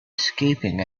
escaping